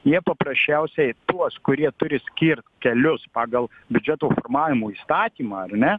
jie paprasčiausiai tuos kurie turi skirt kelius pagal biudžeto formavimo įstatymą ar ne